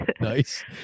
Nice